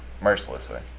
Mercilessly